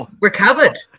recovered